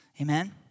Amen